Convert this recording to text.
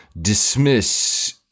dismiss